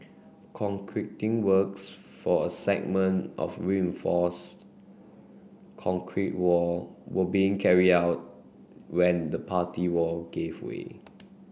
concreting works for a segment of reinforced concrete wall were being carry out when the party wall gave way